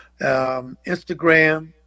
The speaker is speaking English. Instagram